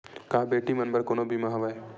का बेटी मन बर कोनो बीमा हवय?